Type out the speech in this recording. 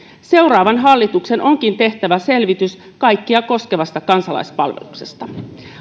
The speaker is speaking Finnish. seuraavan hallituksen onkin tehtävä selvitys kaikkia koskevasta kansalaispalveluksesta